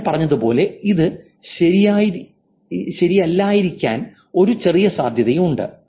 ഞാൻ പറഞ്ഞതുപോലെ ഇത് ശരിയല്ലായിരിക്കാൻ ഒരു ചെറിയ സാധ്യതയുണ്ട്